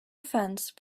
offense